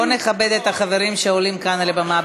בואו נכבד את החברים שעולים כאן לבמה.